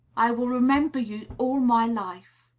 i will remember you all my life.